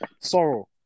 Sorrow